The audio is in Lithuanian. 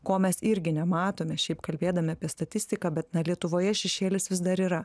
ko mes irgi nematome šiaip kalbėdami apie statistiką bet na lietuvoje šešėlis vis dar yra